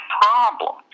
problem